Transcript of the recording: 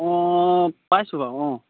অঁ পাইছোঁ বাৰু অঁ